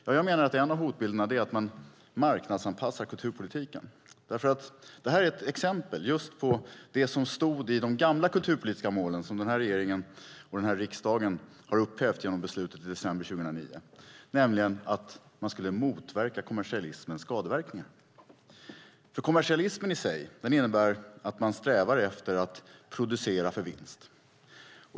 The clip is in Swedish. Jag menar att en av hotbilderna är att man marknadsanpassar kulturpolitiken. Det här är ett exempel på vad som stod i de gamla kulturpolitiska målen, som den här regeringen och riksdagen upphävde i beslutet i december 2009, nämligen att motverka kommersialismens skadeverkningar. Kommersialismen i sig innebär att man strävar efter att producera för vinst.